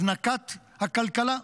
הזנקת הכלכלה.